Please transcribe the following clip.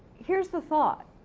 here's the thought,